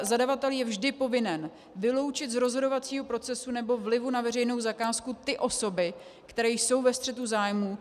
Zadavatel je vždy povinen vyloučit z rozhodovacího procesu nebo vlivu na veřejnou zakázku ty osoby, které jsou ve střetu zájmů.